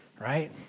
right